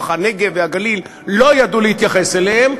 הנגב והגליל לא ידעו להתייחס אליהם,